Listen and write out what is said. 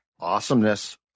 awesomeness